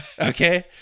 Okay